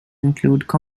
include